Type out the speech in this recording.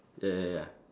ya ya ya